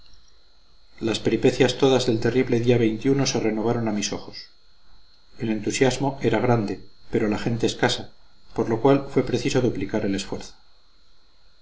las peripecias todas del terrible día se renovaron a mis ojos el entusiasmo era grande pero la gente escasa por lo cual fue preciso duplicar el esfuerzo